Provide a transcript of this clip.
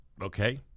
Okay